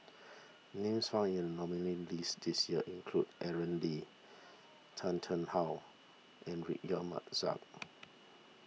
names found in the nominees' list this year include Aaron Lee Tan Tarn How and Mahzam